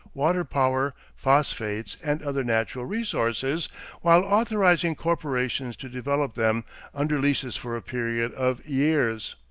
water power, phosphates, and other natural resources while authorizing corporations to develop them under leases for a period of years.